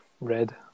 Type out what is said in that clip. Red